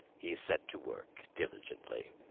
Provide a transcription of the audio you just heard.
he set to work diligently.